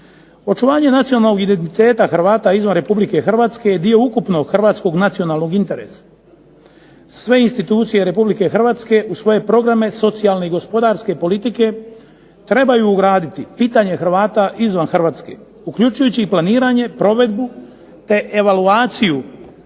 Očuvanje nacionalnog identiteta Hrvata izvan Republike Hrvatske je dio ukupnog hrvatskog nacionalnog interesa. Sve institucije Republike Hrvatske u svoje programe socijalne i gospodarske politike trebaju ugraditi pitanje HRvata izvan Hrvatske uključujući i planiranje, provedu, te evaluaciju